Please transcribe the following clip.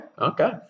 okay